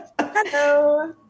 hello